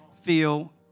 feel